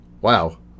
wow